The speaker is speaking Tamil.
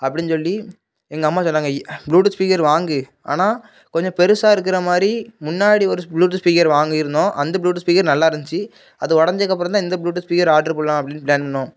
அப்படின்னு சொல்லி எங்கள் அம்மா சொன்னாங்க ப்ளூடூத் ஸ்பீக்கர் வாங்கு ஆனால் கொஞ்சம் பெருசாக இருக்குறமாதிரி முன்னாடி ஒரு ப்ளூடூத் ஸ்பீக்கர் வாங்கி இருந்தோம் அந்த ப்ளூடூத் ஸ்பீக்கர் நல்லா இருந்துச்சி அது ஒடஞ்சதுக்கப்பறந்தான் இந்த ப்ளூடூத் ஸ்பீக்கர் ஆட்ரூ போடலாம் அப்படின்னு ப்ளான் பண்ணிணோம்